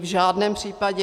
V žádném případě.